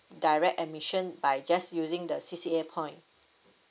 direct admission by just using the C_C_A point